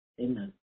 Amen